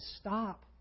stop